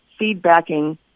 feedbacking